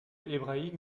hébraïque